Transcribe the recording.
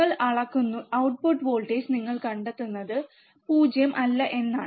നിങ്ങൾ അളക്കുന്നു output voltage നിങ്ങൾ കണ്ടെത്തുന്നത് ഔട്ട്ട്ട്പുട്ട് വോൾട്ടേജ് 0 അല്ല എന്നതാണ്